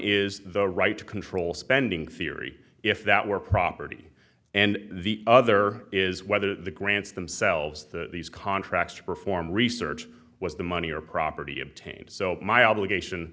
is the right to control spending theory if that were property and the other is whether the grants themselves these contracts to perform research was the money or property obtained my obligation